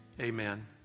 Amen